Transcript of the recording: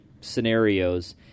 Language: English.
scenarios